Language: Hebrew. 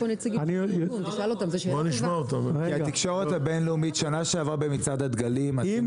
כי התקשורת הבינלאומית שנה שעברה במצעד הדגלים הוצאנו